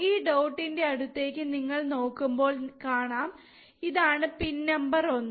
ഈ ഡോട്ട് ന്റെ അടുത്തേക് നിങ്ങൾ നോക്കുമ്പോൾ കാണാം ഇതാണ് പിൻ നമ്പർ 1